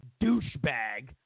douchebag